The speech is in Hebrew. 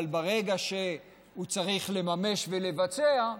אבל ברגע שהוא צריך לממש ולבצע,